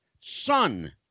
son